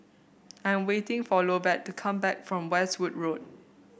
I am waiting for Lovett to come back from Westwood Road